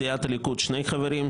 מסיעת הליכוד שני חברים,